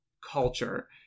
culture